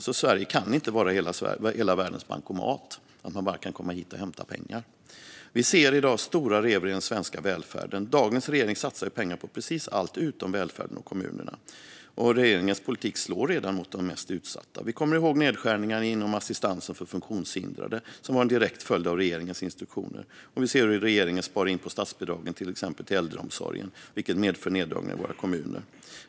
Sverige kan inte vara hela världens bankomat som man bara kan komma hit och hämta pengar från. Vi ser i dag stora revor i den svenska välfärden - dagens regering satsar pengar på precis allt utom välfärden och kommunerna. Regeringens politik slår redan mot de mest utsatta. Vi kommer ihåg nedskärningarna inom assistansen för funktionshindrade, som var en direkt följd av regeringens instruktioner. Vi ser också hur regeringen spar in på statsbidragen till exempelvis äldreomsorgen, vilket medför neddragningar i våra kommuner.